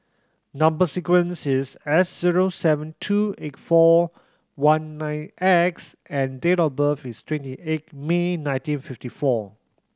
number sequence is S zero seven two eight four one nine X and date of birth is twenty eight May nineteen fifty four